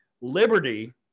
Liberty